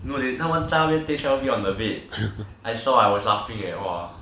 no that time one time they took selfie on the bed I saw I was laughing at all